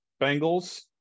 Bengals